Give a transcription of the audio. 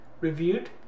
reviewed